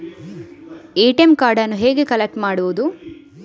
ATM ಕಾರ್ಡನ್ನು ಹೇಗೆ collect ಮಾಡುವುದು?